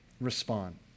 respond